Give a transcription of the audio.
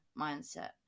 mindset